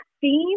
theme